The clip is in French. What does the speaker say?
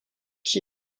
qui